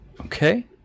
Okay